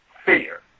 fear